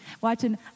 watching